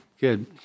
good